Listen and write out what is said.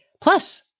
Plus